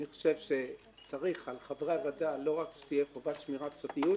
אני חושב שעל חברי הוועדה לא רק שתהיה חובת שמירת סודיות,